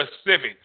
specific